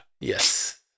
Yes